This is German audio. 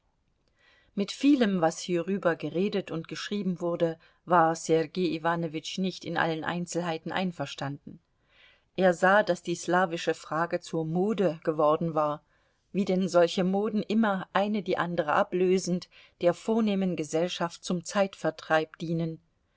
mit vielem was hierüber geredet und geschrieben wurde war sergei iwanowitsch nicht in allen einzelheiten einverstanden er sah daß die slawische frage zur mode geworden war wie denn solche moden immer eine die andere ablösend der vornehmen gesellschaft zum zeitvertreib dienen